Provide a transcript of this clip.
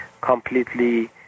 completely